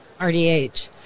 RDH